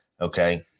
Okay